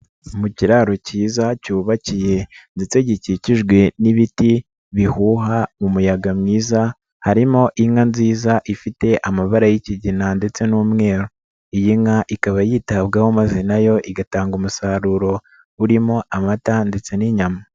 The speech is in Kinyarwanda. Mu kiraro kiza cyubakiye ndetse gikikijwe n'ibiti bihuha umuyaga mwiza harimo inka nziza ifite amabara y'ikigina ndetse n'umweru, iyi nka ikaba yitabwaho maze na yo igatanga umusaruro urimo amata ndetse n'inyama.